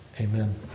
Amen